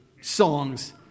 songs